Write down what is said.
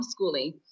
homeschooling